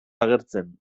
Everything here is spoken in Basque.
agertzen